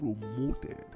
promoted